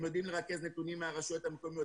הם יודעים לרכז נתונים מהרשויות המקומיות.